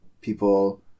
People